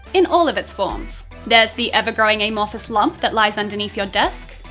in all of its forms there's the ever-growing amorphous lump that lies underneath your desk,